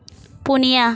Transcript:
ᱯᱩᱱᱭᱟ